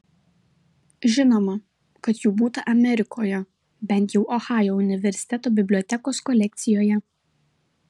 žinoma kad jų būta amerikoje bent jau ohajo universiteto bibliotekos kolekcijoje